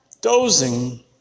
Dozing